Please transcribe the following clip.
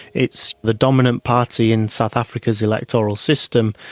it's the dominant party in south africa's electoral system,